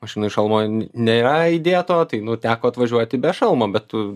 mašinoj šalmo nėra įdėto tai nu teko atvažiuoti be šalmo bet